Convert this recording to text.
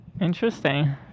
Interesting